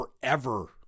forever